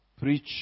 preach